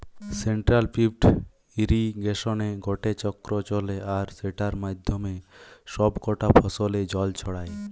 central pivot ইর্রিগেশনে গটে চক্র চলে আর সেটার মাধ্যমে সব কটা ফসলে জল ছড়ায়